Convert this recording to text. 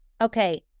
okay